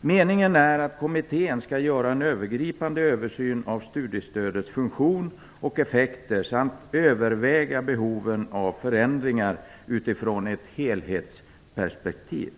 Meningen är att kommittén skall göra en övergripande översyn av studiestödets funktion och effekter samt överväga behoven av förändringar utifrån ett helhetsperspektiv.